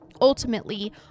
Ultimately